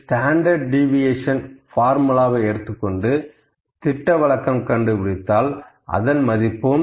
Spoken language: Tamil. இதில் ஸ்டாண்டர்டு டிவிஏஷன் பார்முலாவை எடுத்துக்கொண்டு திட்ட விலக்கம் கண்டுபிடித்தால் அதன் மதிப்பும் 0